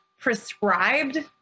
prescribed